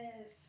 Yes